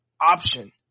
option